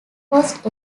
post